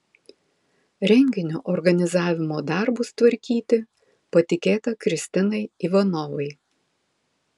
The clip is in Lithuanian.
renginio organizavimo darbus tvarkyti patikėta kristinai ivanovai